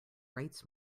rights